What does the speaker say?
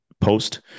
post